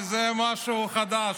זה משהו חדש.